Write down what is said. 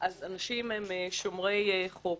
אז אנשים הם שומרי חוק.